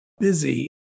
busy